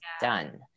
done